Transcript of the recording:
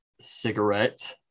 cigarette